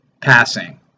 passing